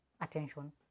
attention